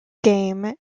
game